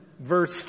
verse